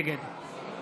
נגד